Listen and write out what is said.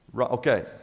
Okay